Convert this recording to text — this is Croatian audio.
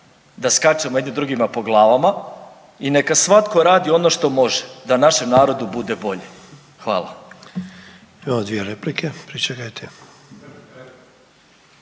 da skačemo jedni drugima po glavama i neka svatko radi ono što može da našem narodu bude bolje. Hvala.